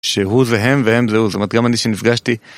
שהוא והם, והם זהו, זאת אומרת גם אני שנפגשתי.